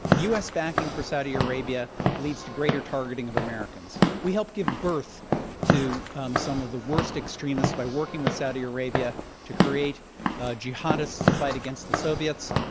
u. s. backing for saudi arabia leads to greater targeting of americans. we help give birth to some of the worst extremists by working with saudi arabia to create jihadists to fight against the soviets,